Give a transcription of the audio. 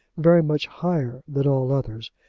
very much higher than all others,